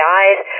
eyes